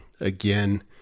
again